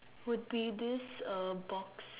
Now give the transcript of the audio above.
would be this uh box